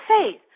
faith